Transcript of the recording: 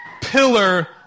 pillar